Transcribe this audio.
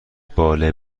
باله